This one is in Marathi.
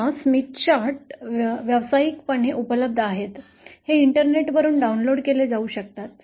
आतास्मिथ चार्ट व्यावसायिकपणे उपलब्ध आहेत ते इंटरनेट वरून डाउनलोड केले जाऊ शकतात